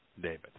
David